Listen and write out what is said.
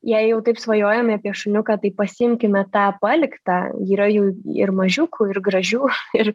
jei jau taip svajojome apie šuniuką tai pasiimkime tą paliktą yra jų ir mažiukų ir gražių ir